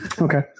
Okay